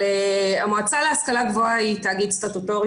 המועצה להשכלה גבוהה היא תאגיד סטטוטורי